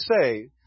say